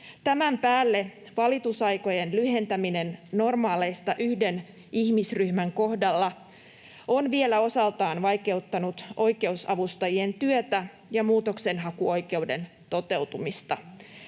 kohdalla valitusaikojen lyhentäminen normaaleista on vielä osaltaan vaikeuttanut oikeusavustajien työtä ja muutoksenhakuoikeuden toteutumista.